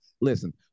listen